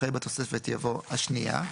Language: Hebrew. אחרי "בתוספת" יבוא "השנייה".